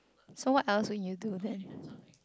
so what else would you do then